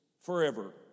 forever